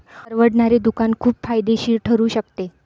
परवडणारे दुकान खूप फायदेशीर ठरू शकते